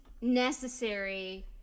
necessary